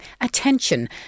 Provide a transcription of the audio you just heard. Attention